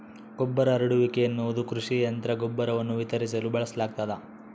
ಗೊಬ್ಬರ ಹರಡುವಿಕೆ ಎನ್ನುವುದು ಕೃಷಿ ಯಂತ್ರ ಗೊಬ್ಬರವನ್ನು ವಿತರಿಸಲು ಬಳಸಲಾಗ್ತದ